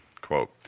Quote